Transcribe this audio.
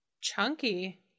chunky